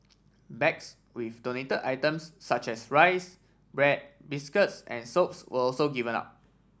bags with donated items such as rice bread biscuits and soaps were also given out